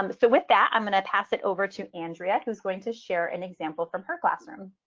um but so with that, i'm going to pass it over to andrea, who's going to share an example from her classroom.